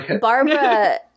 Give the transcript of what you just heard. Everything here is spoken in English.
Barbara